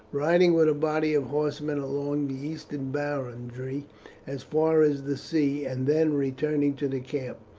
riding with a body of horsemen along the eastern boundary as far as the sea, and then, returning to the camp,